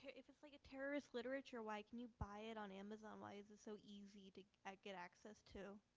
if it's like a terrorist literature, why can you buy it on amazon? why is it so easy to get access to?